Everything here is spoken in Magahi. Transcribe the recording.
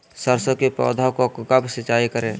सरसों की पौधा को कब सिंचाई करे?